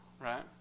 right